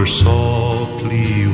softly